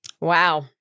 wow